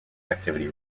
activity